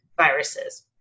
viruses